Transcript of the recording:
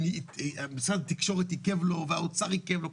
ומשרד התקשורת והאוצר עיכבו לו,